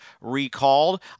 recalled